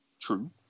True